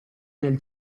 nel